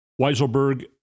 Weiselberg